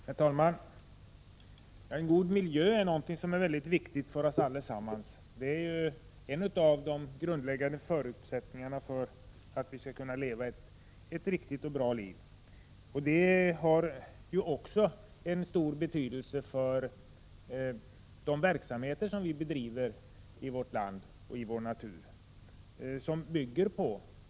Herr talman! En god miljö är någonting som är väldigt viktigt för oss allesammans. Det är en av de grundläggande förutsättningarna för att vi skall kunna leva ett riktigt och bra liv. En god miljö har ju också stor betydelse för de verksamheter vi bedriver i vårt land, bl.a. i vår natur.